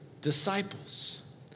disciples